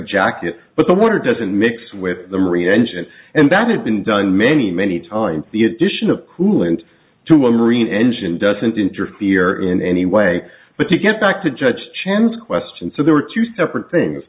jacket but the water doesn't mix with the marine engine and that has been done many many times the addition of coolant to a marine engine doesn't interfere in any way but to get back to judge chen's question so there are two separate things